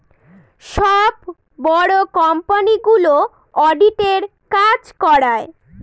সব বড়ো কোম্পানিগুলো অডিটের কাজ করায়